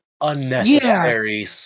unnecessary